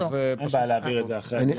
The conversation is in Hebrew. אין בעיה להעביר את זה אחרי הדיון.